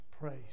praise